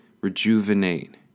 rejuvenate